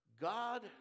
God